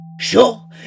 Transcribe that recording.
Sure